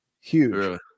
huge